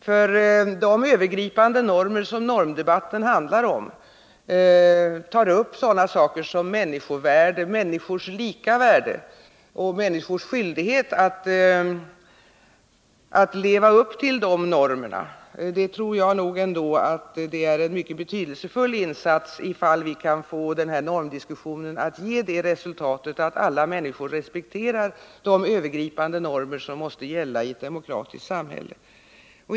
För de övergripande normer som normdebatten tar upp, dvs. sådana saker som människors lika värde och människors skyldighet att leva upp till de normerna, tror jag att det är en mycket betydelsefull insats ifall normdiskussionen kan ge det resultatet att alla människor respekterar dessa övergripande normer, som måste gälla i ett demokratiskt samhälle.